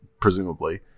presumably